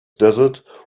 desert